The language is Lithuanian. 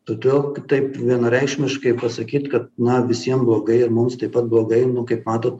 todėl taip vienareikšmiškai pasakyt kad na visiem blogai ir mums taip pat blogai kaip matot